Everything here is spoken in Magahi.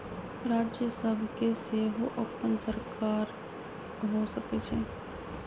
राज्य सभ के सेहो अप्पन सरकार हो सकइ छइ